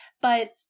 But-